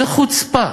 זו חוצפה